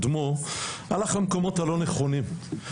הלך למקומות הלא נכונים.